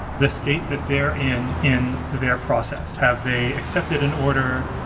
the state that they're in in their process, have they accepted an order?